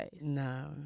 no